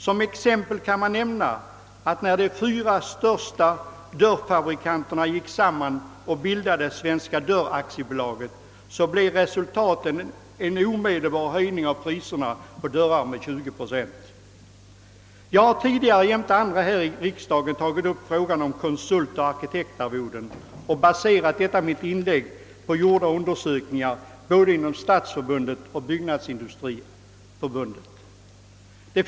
Som exempel kan nämnas att när de fyra största dörrfabrikanterna gick samman och bildade Svenska Dörr AB, så blev resultatet en cmedelbar höjning av priserna på dörrar med 20 procent. Jag har tidigare tillsammans med andra här i riksdagen tagit upp frågan om konsultoch arkitektarvoden och baserat detta mitt inlägg på gjorda undersökningar både inom Stadsförbundet och Byggnadsindustriförbundet.